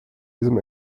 diesem